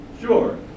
Sure